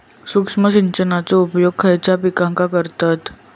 सूक्ष्म सिंचनाचो उपयोग खयच्या पिकांका करतत?